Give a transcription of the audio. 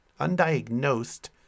undiagnosed